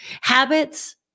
Habits